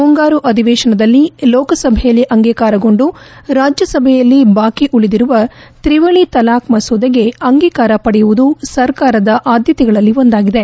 ಮುಂಗಾರು ಅಧಿವೇಶನದಲ್ಲಿ ಲೋಕಸಭೆಯಲ್ಲಿ ಅಂಗೀಕಾರಗೊಂಡು ರಾಜ್ಯಸಭೆಯಲ್ಲಿ ಬಾಕಿ ಉಳಿದಿರುವ ತ್ರಿವಳಿ ತಲಾಖ್ ಮಸೂದೆಗೆ ಅಂಗೀಕಾರ ಪಡೆಯುವುದು ಸರ್ಕಾರದ ಆದ್ನತೆಗಳಲ್ಲಿ ಒಂದಾಗಿದೆ